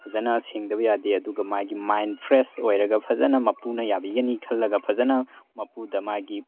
ꯐꯖꯅ ꯁꯦꯡꯗꯕ ꯌꯥꯗꯦ ꯑꯗꯨꯒ ꯃꯥꯒꯤ ꯃꯥꯏꯟ ꯐ꯭ꯔꯦꯁ ꯑꯣꯏꯔꯒ ꯐꯖꯅ ꯃꯄꯨꯅ ꯌꯥꯕꯤꯒꯅꯤ ꯈꯜꯂꯒ ꯐꯖꯅ ꯃꯄꯨꯗ ꯃꯥꯒꯤ